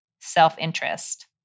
self-interest